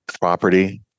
property